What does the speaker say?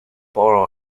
borrow